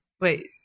Wait